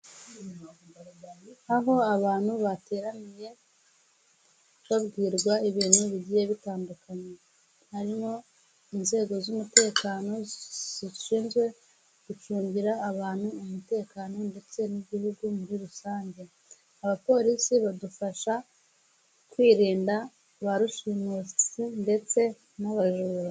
Aho abantu bateraniye babwirwa ibintu bigiye bitandukanye harimo inzego z'umutekano zishinzwe gucungira abantu umutekano ndetse n'igihugu muri rusange abapolisi badufasha kwirinda ba rushimusi ndetse n'abajura.